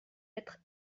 être